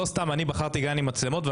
לא סתם בחרתי בגן מצלמות בשביל הילדים שלי,